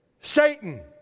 Satan